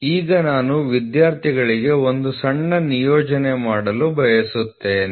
ಈಗ ನಾನು ವಿದ್ಯಾರ್ಥಿಗಳಿಗೆ ಒಂದು ಸಣ್ಣ ನಿಯೋಜನೆ ನೀಡಲು ಬಯಸುತ್ತೇನೆ